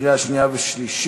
קריאה שנייה ושלישית.